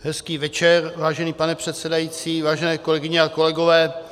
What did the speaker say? Hezký večer, vážený pane předsedající, vážené kolegyně a kolegové.